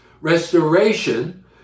restoration